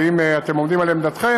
ואם אתם עומדים על עמדתכם,